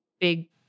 big